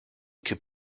could